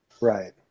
Right